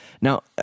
Now